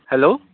hello